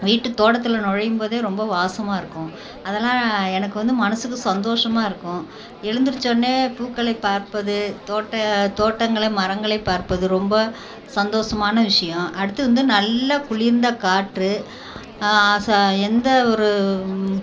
வீட்டு தோட்டத்தில் நுழையும் போதே ரொம்ப வாசமாக இருக்கும் அதெல்லாம் எனக்கு வந்து மனதுக்கு சந்தோஷமா இருக்கும் எழுந்திருச்சோன்ன பூக்களை பார்ப்பது தோட்ட தோட்டங்களை மரங்களை பார்ப்பது ரொம்ப சந்தோஷமான விஷயம் அடுத்து வந்து நல்ல குளிர்ந்த காற்று ச எந்த ஒரு